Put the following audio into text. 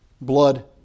blood